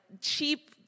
cheap